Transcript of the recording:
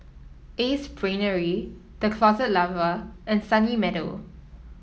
Ace Brainery The Closet Lover and Sunny Meadow